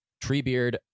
Treebeard